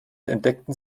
entdeckten